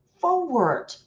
forward